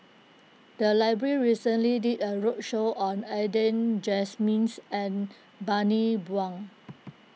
the library recently did a roadshow on Adan and Bani Buang